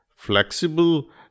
Flexible